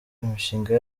imishinga